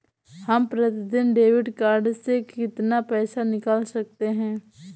हम प्रतिदिन debit card से कितना पैसा निकाल सकते हैं?